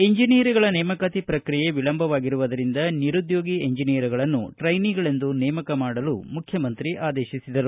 ಇಂಜನಿಯರ್ಗಳ ನೇಮಕಾತಿ ಪ್ರಕ್ರಿಯೆ ವಿಳಂಬವಾಗಿರುವುದರಿಂದ ನಿರುದ್ಯೋಗಿ ಇಂಜನಿಯರ್ಗಳನ್ನು ಟ್ರೈನಿಗಳೆಂದು ನೇಮಕ ಮಾಡಲು ಮುಖ್ಯಮಂತ್ರಿಗಳು ಆದೇಶಿಸಿದರು